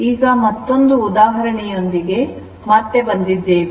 ಈಗ ಮತ್ತೊಂದು ಉದಾಹರಣೆಯೊಂದಿಗೆ ಮತ್ತೆ ಬಂದಿದ್ದೇವೆ